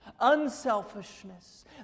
unselfishness